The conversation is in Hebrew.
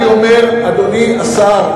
אדוני השר,